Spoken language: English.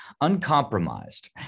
uncompromised